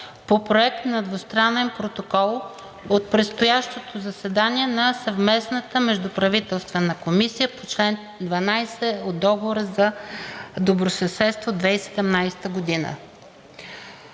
по Проект на двустранен протокол от предстоящото заседание на съвместната Междуправителствена комисия по чл. 12 от Договора за добросъседство 2017 г.